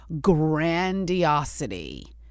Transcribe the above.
grandiosity